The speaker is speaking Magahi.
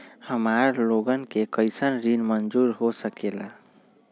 हमार लोगन के कइसन ऋण मंजूर हो सकेला?